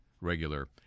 regular